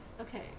Okay